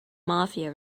mafia